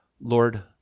Lord